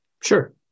Sure